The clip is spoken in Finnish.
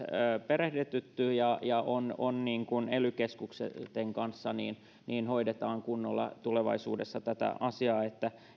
perehdytetty ja ja ely keskusten kanssa hoidetaan kunnolla tulevaisuudessa tätä asiaa niin että